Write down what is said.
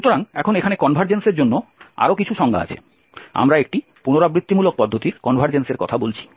সুতরাং এখন এখানে কনভারজেন্সের জন্য আরও কিছু সংজ্ঞা আছে আমরা একটি পুনরাবৃত্তিমূলক পদ্ধতির কনভারজেন্সের কথা বলছি